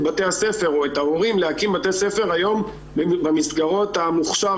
בתי הספר או את ההורים להקים בתי ספר במסגרות המוכש"ר,